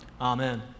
Amen